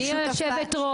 מי היושבת ראש?